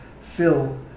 fill